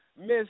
Miss